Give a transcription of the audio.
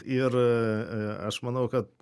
ir aš manau kad